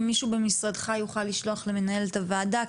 אם מישהו במשרדך יוכל לשלוח למנהלת הועדה,